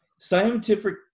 Scientific